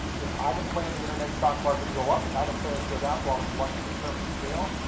look, i didn't plan the internet stock market to go up and i didn't plan it to go down, so i was lucky in terms of scale.